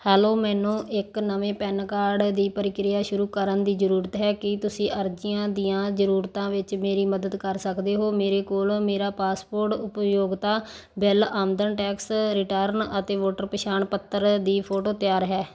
hello ਮੈਨੂੰ ਇੱਕ ਨਵੇਂ ਪੈਨ ਕਾਰਡ ਦੀ ਪ੍ਰਕਿਰਿਆ ਸ਼ੁਰੂ ਕਰਨ ਦੀ ਜ਼ਰੂਰਤ ਹੈ ਕੀ ਤੁਸੀਂ ਅਰਜ਼ੀਆਂ ਦੀਆਂ ਜ਼ਰੂਰਤਾਂ ਵਿੱਚ ਮੇਰੀ ਮਦਦ ਕਰ ਸਕਦੇ ਹੋ ਮੇਰੇ ਕੋਲ ਮੇਰਾ ਪਾਸਪੋਰਟ ਉਪਯੋਗਤਾ ਬਿੱਲ ਆਮਦਨ ਟੈਕਸ ਰਿਟਰਨ ਅਤੇ ਵੋਟਰ ਪਛਾਣ ਪੱਤਰ ਦੀ ਫੋਟੋ ਤਿਆਰ ਹੈ